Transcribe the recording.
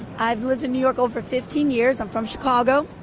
i've lived in new york for fifteen years. i'm from chicago.